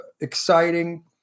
exciting